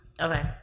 okay